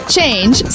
Change